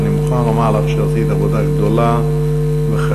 ואני מוכרח לומר לך שעשית עבודה גדולה וחשובה.